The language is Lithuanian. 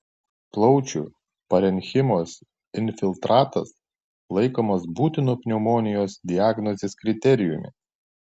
plaučių parenchimos infiltratas laikomas būtinu pneumonijos diagnozės kriterijumi